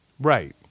Right